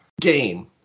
game